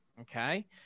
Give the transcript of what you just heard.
okay